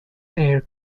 air